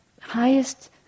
highest